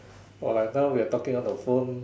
!wah! like now we are talking on a phone